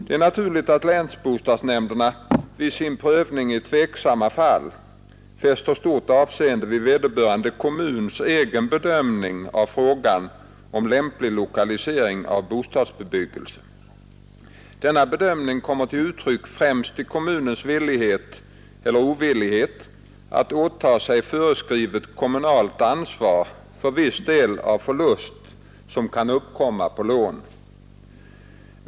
Det är naturligt att länsbostadsnämnderna vid sin prövning i tveksamma fall fäster stort avseende vid vederbörande kommuns egen bedömning av frågan om lämplig lokalisering av bostadsbebyggelsen. Denna bedömning kommer till uttryck främst i kommunens villighet eller ovillighet att åta sig föreskrivet kommunalt ansvar för viss del av förlust som kan uppkomma på lånet.